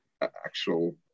actual